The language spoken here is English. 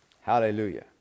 Hallelujah